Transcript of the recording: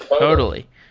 totally.